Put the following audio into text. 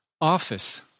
office